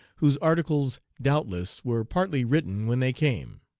whose articles doubtless were partly written when they came.